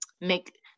make